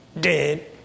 dead